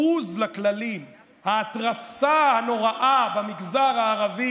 הבוז לכללים וההתרסה הנוראה במגזר הערבי